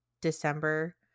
December